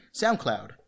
SoundCloud